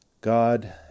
God